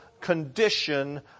condition